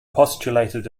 postulated